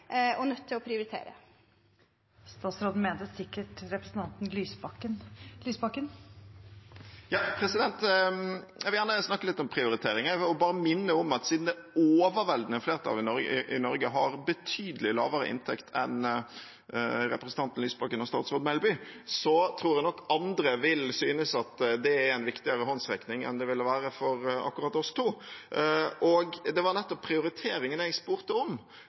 og nødt til å prioritere. Statsråden mente sikkert representanten Lysbakken. Representanten Audun Lysbakken – til oppfølgingsspørsmål. Jeg vil gjerne snakke litt om prioritering, og jeg vil bare minne om at siden det overveldende flertallet i Norge har betydelig lavere inntekt enn representanten Lysbakken og statsråd Melby, så tror jeg nok andre vil synes det er en viktigere håndsrekning enn det ville være for akkurat oss to. Og det var nettopp prioriteringen jeg spurte om,